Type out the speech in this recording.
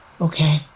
Okay